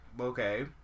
Okay